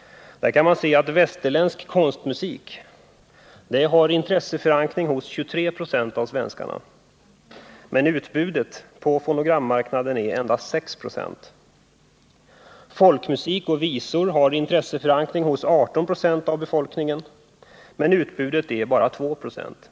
Där kan man se att västerländsk konstmusik har intresseförankring hos 23 26 av svenskarna, medan utbudet på fonogrammarknaden bara är 6 96. Folkmusik och visor har intresseförankring hos 18 96 av befolkningen, medan utbudet av skivor och kassetter bara är 2 96.